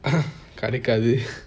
கிடைகாது:kidaikaathu